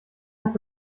hat